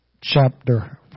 chapter